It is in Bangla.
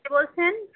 কে বলছেন